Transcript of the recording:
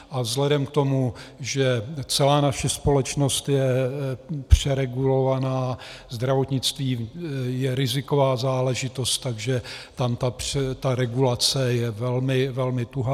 A vzhledem k tomu, že celá naše společnost je přeregulovaná, zdravotnictví je riziková záležitost, takže tam je regulace velmi, velmi tuhá.